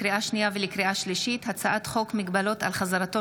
לקריאה שנייה ולקריאה שלישית: הצעת חוק מגבלות על חזרתו